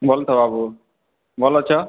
ଭଲ୍ ତ ବାବୁ ଭଲ୍ ଅଛ